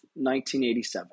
1987